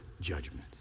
judgment